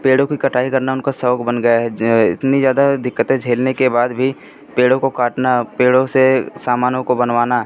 पेड़ों की कटाई करना उनका सौख बन गया है जो इतनी ज़्यादा दिक़्क़तें झेलने के बाद भी पेड़ों को काटना पेड़ों से सामानों को बनवाना